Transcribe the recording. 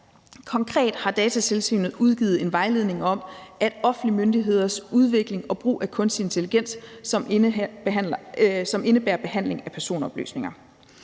Konkret har Datatilsynet udgivet en vejledning om offentlige myndigheders udvikling og brug af kunstig intelligens, som indebærer behandling af personoplysninger.